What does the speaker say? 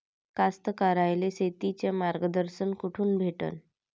कास्तकाराइले शेतीचं मार्गदर्शन कुठून भेटन?